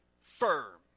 firm